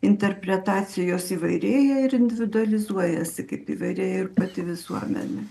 interpretacijos įvairėja ir individualizuojasi kaip įvairėja ir pati visuomenė